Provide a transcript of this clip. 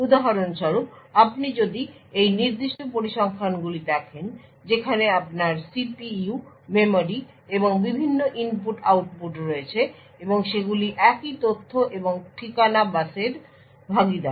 উদাহরণস্বরূপ আপনি যদি এই নির্দিষ্ট পরিসংখ্যানগুলি দেখেন যেখানে আপনার CPU মেমরি এবং বিভিন্ন ইনপুট আউটপুট রয়েছে এবং সেগুলি একই তথ্য এবং ঠিকানা বাসের ভাগিদার